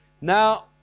Now